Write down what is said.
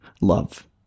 ...love